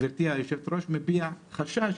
גברתי היושבת-ראש, מביע חשש